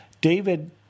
David